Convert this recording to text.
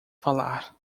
falar